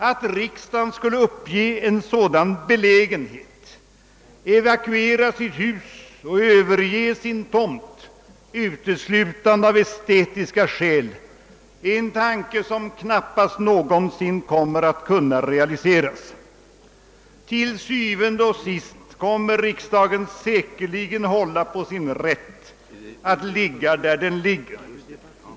Att riksdagen skulle uppge en sådan belägenhet — evakuera sitt hus och överge sin tomt — av uteslutande estetiska skäl är en tanke som knappast någonsin kommer att kunna realiseras. Til syvende og sidst kommer riksdagen säkerligen att hålla på sin rätt och fordra att huset får ligga där det ligger.